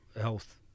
health